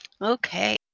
Okay